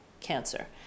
cancer